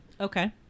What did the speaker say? okay